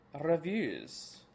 reviews